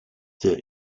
der